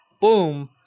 Boom